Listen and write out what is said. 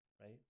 Right